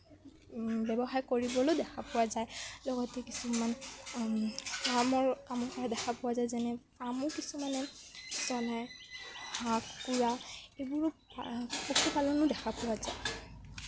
ব্যৱসায় কৰিবলৈ দেখা পোৱা যায় লগতে কিছুমান দেখা পোৱা যায় যেনে কিছুমানে হাঁহ কুকুৰা এইবোৰো পশুপালনো দেখা পোৱা যায়